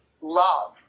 love